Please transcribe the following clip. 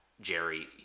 Jerry